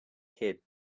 kid